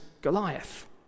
Goliath